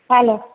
हले